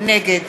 נגד